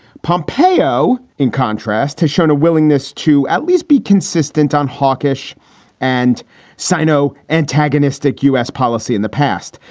pompeo, in contrast, has shown a willingness to at least be consistent on hawkish and sino antagonistic u s. policy in the past.